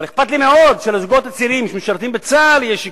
אבל אכפת לי מאוד שלזוגות הצעירים שמשרתים בצה"ל יהיה שיכון.